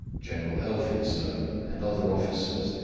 general elphinstone and other officers,